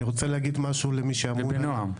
ובנועם.